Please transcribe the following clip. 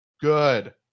good